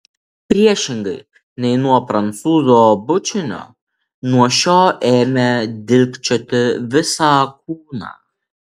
priešingai nei nuo prancūzo bučinio nuo šio ėmė dilgčioti visą kūną